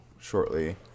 shortly